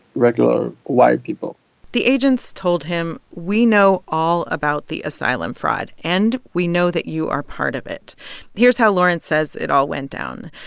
regular white people the agents told him, we know all about the asylum fraud, and we know that you are part of it here's how lawrence says it all went down.